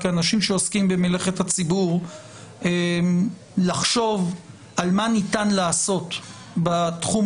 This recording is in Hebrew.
כאנשים שעוסקים במלאכת הציבור לחשוב מה ניתן לעשות בתחום